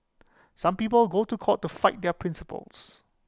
some people go to court to fight their principles